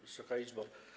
Wysoka Izbo!